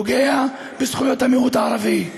פוגע בזכויות המיעוט הערבי,